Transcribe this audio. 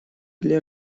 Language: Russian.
для